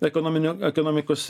ekonominio ekonomikos